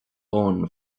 own